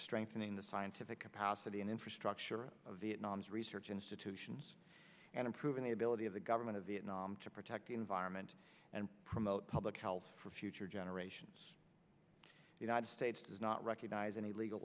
strengthening the scientific capacity and infrastructure of vietnam's research institutions and improving the ability of the government of vietnam to protect the environment and promote public health for future generations united states does not recognize any legal